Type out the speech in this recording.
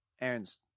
Aaron's